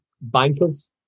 Bankers